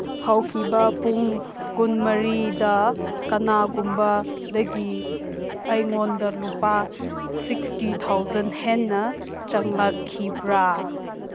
ꯍꯧꯈꯤꯕ ꯄꯨꯡ ꯀꯨꯟꯃꯔꯤꯗ ꯀꯅꯥꯒꯨꯝꯕꯗꯒꯤ ꯑꯩꯉꯣꯟꯗ ꯂꯨꯄꯥ ꯁꯤꯛꯁꯇꯤ ꯊꯥꯎꯖꯟ ꯍꯦꯟꯅ ꯆꯪꯂꯛꯈꯤꯕ꯭ꯔꯥ